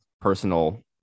personal